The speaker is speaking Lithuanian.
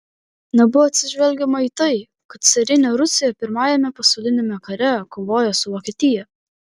nebuvo atsižvelgiama į tai kad carinė rusija pirmajame pasauliniame kare kovojo su vokietija